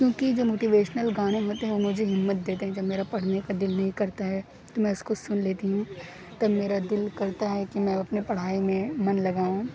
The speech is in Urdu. کیوں کہ جو موٹیویشنل گانے ہوتے ہیں وہ مجھے ہمت دیتے ہیں جب میرا پڑھنے کا دل نہیں کرتا ہے تو میں اس کو سن لیتی ہوں تب میرا دل کرتا ہے کہ میں اپنے پڑھائی میں من لگاؤں